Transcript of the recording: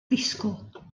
ddisgwyl